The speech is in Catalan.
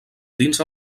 dins